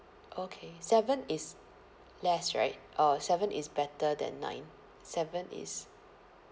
okay seven is less right or seven is better than nine seven is